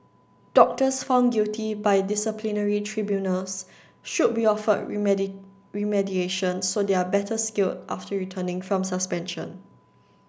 doctors found guilty by disciplinary tribunals should be offered remediation so they are better skilled after returning from suspension